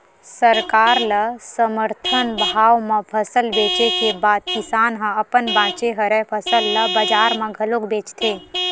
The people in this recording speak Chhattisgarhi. सरकार ल समरथन भाव म फसल बेचे के बाद किसान ह अपन बाचे हरय फसल ल बजार म घलोक बेचथे